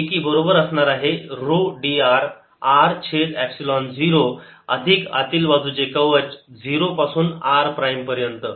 जे की बरोबर असणार आहे ऱ्हो dr r छेद एपसिलोन 0 अधिक आतील बाजूचे कवच 0 पासून r प्राईम पर्यंत